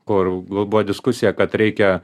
kur globoj diskusija kad reikia